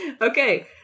Okay